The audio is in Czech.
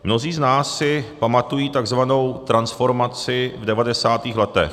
Mnozí z nás si pamatují tzv. transformaci v devadesátých letech.